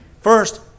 First